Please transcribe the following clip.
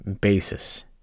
basis